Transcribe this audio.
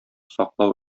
саклау